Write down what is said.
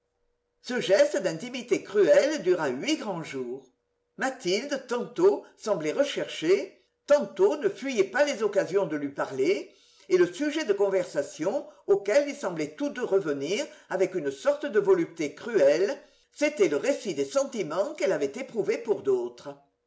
ce genre d'intimité cruelle dura huit grands jours mathilde tantôt semblait rechercher tantôt ne fuyait pas les occasions de lui parler et le sujet de conversation auquel ils semblaient tous deux revenir avec une sorte de volupté cruelle c'était le récit des sentiments qu'elle avait éprouvés pour d'autres